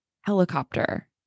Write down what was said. helicopter